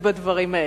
ובדברים האלה.